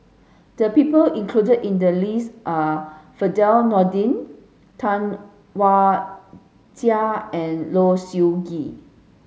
the people included in the list are Firdaus Nordin Tam Wai Jia and Low Siew Nghee